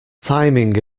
timing